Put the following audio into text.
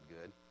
good